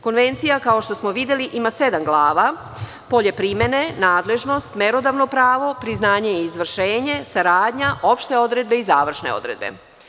Konvencija kao što smo videli ima sedam glava, polje primene, nadležnost, merodavno pravo, priznanje i izvršenje, saradnja, opšte odredbe i završne odredbe.